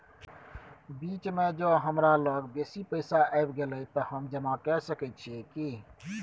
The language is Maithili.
बीच म ज हमरा लग बेसी पैसा ऐब गेले त हम जमा के सके छिए की?